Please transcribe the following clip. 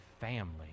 family